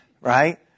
Right